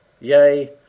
Yea